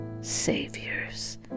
saviors